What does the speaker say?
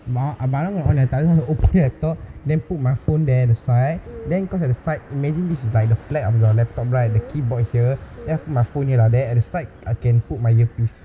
but I but I don't want to on laptop I just want to open your laptop then put my phone there at the side then because at the side imagine this is like the flap of your laptop right the keyboard here then I put my phone here down there then at the side I can put my earpiece